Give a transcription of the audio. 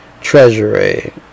Treasury